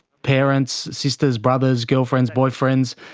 parents, sisters, brothers, girlfriends, boyfriends,